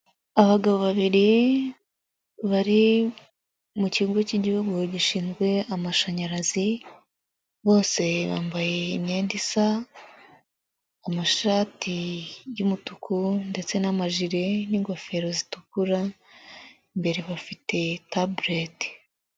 Abagabo babiri, bari mu kigo cy'igihugu gishinzwe amashanyarazi, bose bambaye imyenda isa, amashati y'umutuku ndetse n'amajire n'ingofero zitukura, imbere bafite tabuleti.